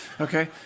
okay